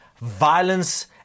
violence